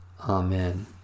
Amen